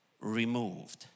removed